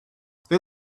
they